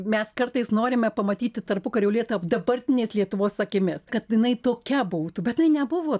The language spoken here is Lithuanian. mes kartais norime pamatyti tarpukario lietuvą dabartinės lietuvos akimis kad jinai tokia būtų bet jinai nebuvo